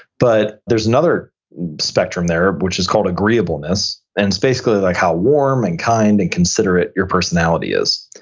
but there's another spectrum there which is called agreeableness, and it's basically like how warm and kind and considerate your personality is.